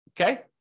okay